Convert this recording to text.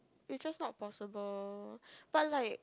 it's just not possible but like